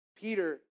Peter